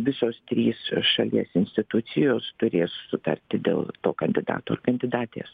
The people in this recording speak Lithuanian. visos trys šalies institucijos turės sutarti dėl to kandidato ar kandidatės